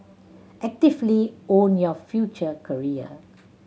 actively own your future career